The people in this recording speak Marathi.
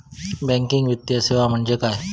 बँकिंग वित्तीय सेवा म्हणजे काय?